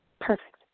Perfect